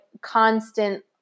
constant